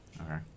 Okay